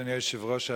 אדוני היושב-ראש,